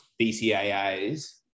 BCAAs